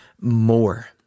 more